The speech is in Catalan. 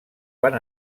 van